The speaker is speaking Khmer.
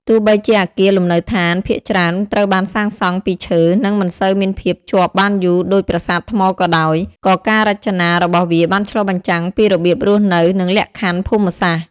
ទោះបីជាអគារលំនៅឋានភាគច្រើនត្រូវបានសាងសង់ពីឈើ និងមិនសូវមានភាពជាប់បានយូរដូចប្រាសាទថ្មក៏ដោយ ក៏ការរចនារបស់វាបានឆ្លុះបញ្ចាំងពីរបៀបរស់នៅ និងលក្ខខណ្ឌភូមិសាស្ត្រ។